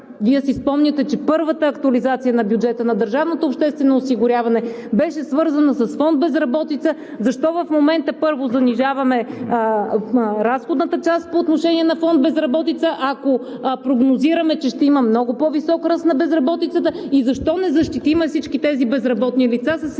Вие си спомняте, че първата актуализация на бюджета на държавното обществено осигуряване беше свързана с фонд „Безработица“… Защо в момента първо занижаваме разходната част по отношение на фонд „Безработица“, ако прогнозираме, че ще има много по-висок ръст на безработицата и защо не защитим всички тези безработни лица с едни